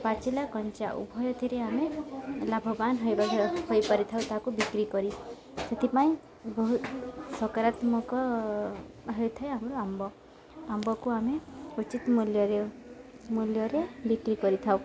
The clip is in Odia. ପାଚିଲା କଞ୍ଚା ଉଭୟ ଥିରେ ଆମେ ଲାଭବାନ ହେବା ହୋଇପାରିଥାଉ ତାକୁ ବିକ୍ରି କରି ସେଥିପାଇଁ ବହୁତ ସକାରାତ୍ମକ ହୋଇଥାଏ ଆମର ଆମ୍ବ ଆମ୍ବକୁ ଆମେ ଉଚିତ ମୂଲ୍ୟରେ ମୂଲ୍ୟରେ ବିକ୍ରି କରିଥାଉ